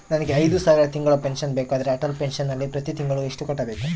ನನಗೆ ಐದು ಸಾವಿರ ತಿಂಗಳ ಪೆನ್ಶನ್ ಬೇಕಾದರೆ ಅಟಲ್ ಪೆನ್ಶನ್ ನಲ್ಲಿ ಪ್ರತಿ ತಿಂಗಳು ಎಷ್ಟು ಕಟ್ಟಬೇಕು?